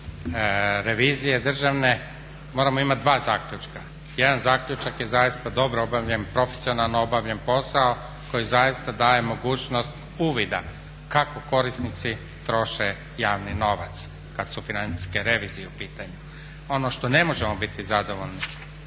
revizije državne moramo imati dva zaključka. Jedan zaključak je zaista dobro obavljen, profesionalno obavljen posao koji zaista daje mogućnost uvida kako korisnici troše javni novac kad su financijske revizije u pitanju. Ono što ne možemo biti zadovoljni